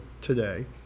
today